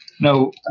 No